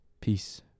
peace